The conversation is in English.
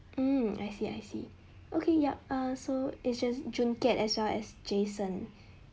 mm I see I see okay yup ah so it's just jun kiat as well as jason